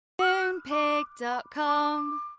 MoonPig.com